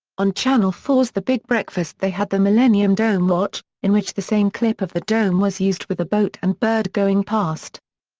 on channel four s the big breakfast they had the millennium dome watch, in which the same clip of the dome was used with a boat and bird going past.